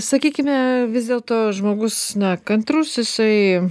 sakykime vis dėlto žmogus na kantrus jisai